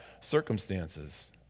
circumstances